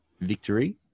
victory